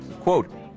Quote